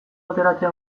ateratzen